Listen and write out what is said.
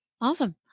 Awesome